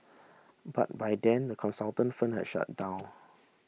but by then the consultant firm had shut down